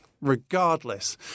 regardless